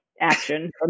action